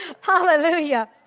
Hallelujah